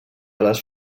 les